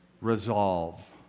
Resolve